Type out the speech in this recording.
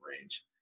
range